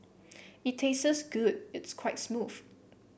it tastes good it's quite smooth